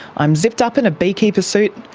i'm zipped up in a beekeeper seat,